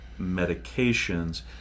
medications